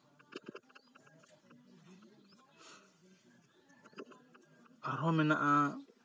ᱟᱨᱦᱚᱸ ᱢᱮᱱᱟᱜᱼᱟ